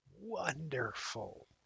Wonderful